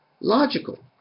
logical